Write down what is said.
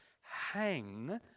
hang